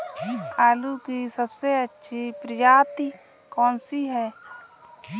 आलू की सबसे अच्छी प्रजाति कौन सी है?